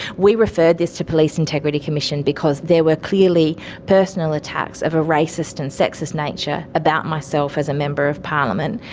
we referred this to the police integrity commission because there were clearly personal attacks of a racist and sexist nature about myself as a member of parliament.